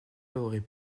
aurait